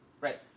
right